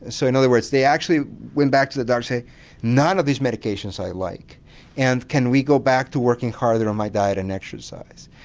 so in other words they actually went back to the doctor to say none of these medications i like and can we go back to working harder on my diet and exercise.